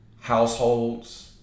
households